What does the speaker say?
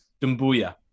Dumbuya